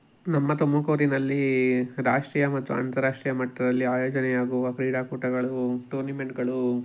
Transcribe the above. ನಮ್ಮ ತುಮಕೂರಿನಲ್ಲಿ ರಾಷ್ಟ್ರೀಯ ಮತ್ತು ಅಂತಾರಾಷ್ಟ್ರೀಯ ಮಟ್ಟದಲ್ಲಿ ಆಯೋಜನೆ ಆಗುವ ಕ್ರೀಡಾಕೂಟಗಳು ಟೂರ್ನಿಮೆಂಟ್ಗಳು